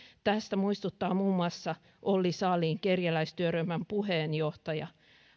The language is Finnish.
tästä muistuttaa muun muassa olli salin kerjäläistyöryhmän puheenjohtaja